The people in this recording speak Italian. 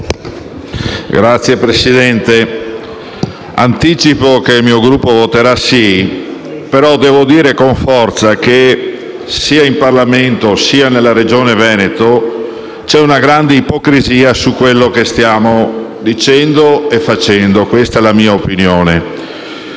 Signor Presidente, anticipo che il mio Gruppo voterà «sì», però devo dire con forza che sia in Parlamento sia nella Regione Veneto c'è una grande ipocrisia su quello che stiamo dicendo e facendo: questa è la mia opinione.